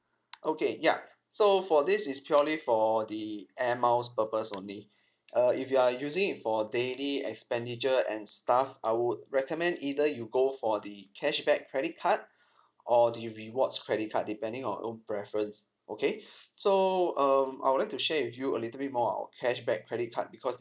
okay ya so for this is purely for the air miles purpose only uh if you are using it for daily expenditure and stuff I would recommend either you go for the cashback credit card or the rewards credit card depending on your own preference okay so um I would like to share with you a little bit more on our cashback credit card because